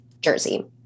jersey